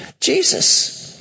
Jesus